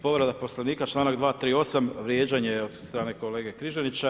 Povreda Poslovnika, članak 238. vrijeđanje od strane kolege Križanića.